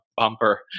bumper